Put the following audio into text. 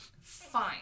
fine